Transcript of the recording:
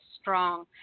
strong